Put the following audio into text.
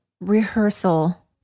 rehearsal